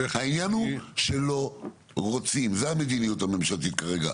העניין הוא שלא רוצים, זו המדיניות הממשלתית כרגע.